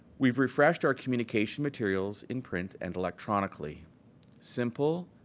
we've refreshed our communication materials in print and electronically simple,